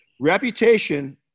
Reputation